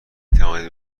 توانید